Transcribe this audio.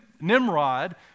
Nimrod